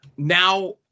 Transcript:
Now